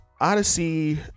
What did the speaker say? Odyssey